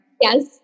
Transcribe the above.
Yes